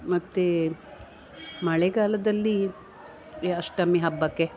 ಮತ್ತು ಮಳೆಗಾಲದಲ್ಲಿ ಈ ಅಷ್ಟಮಿ ಹಬ್ಬಕೆ